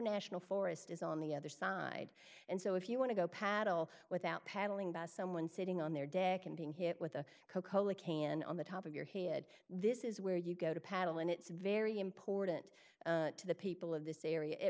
national forest is on the other side and so if you want to go paddle without paddling by someone sitting on their day and being hit with a coca cola can on the top of your head this is where you go to paddle and it's very important to the people of this area it